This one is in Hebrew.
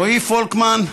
רועי פולקמן,